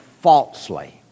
falsely